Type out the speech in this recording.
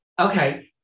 Okay